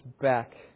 back